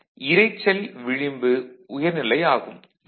34V இதைப் போல தான் இரைச்சல் விளிம்பு உயர்நிலை ஆகும்